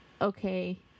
Okay